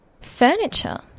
Furniture